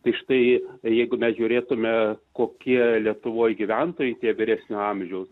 tai štai jeigu mes žiūrėtumėme kokie lietuvoje gyventojai tie vyresnio amžiaus